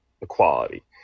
equality